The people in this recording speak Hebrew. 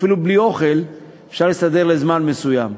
אפילו בלי אוכל אפשר להסתדר לזמן מסוים.